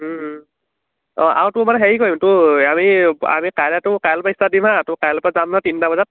অঁ আৰু তোৰ মানে হেৰি কৰিম তোৰ আমি আমি কাইলৈতো কাইলৰপৰা ষ্টাৰ্ট দিমা হা তো কাইলৈৰপৰা যাম নহয় তিনিটা বজাত